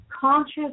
conscious